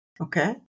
okay